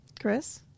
Chris